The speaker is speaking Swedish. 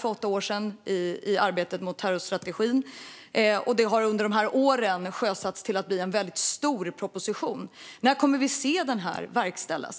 för åtta år sedan och var med och arbetade med strategin mot terrorism. Under de gångna åren har detta kommit att ingå i en mycket stor proposition. När kommer vi att få se denna verkställas?